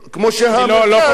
אני לא כל כך הבנתי אותך,